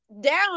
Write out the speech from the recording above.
down